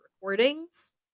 recordings